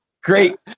Great